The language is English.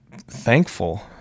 thankful